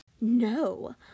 No